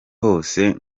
hose